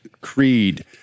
creed